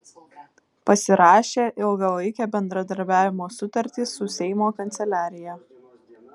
pasirašė ilgalaikę bendradarbiavimo sutartį su seimo kanceliarija